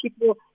people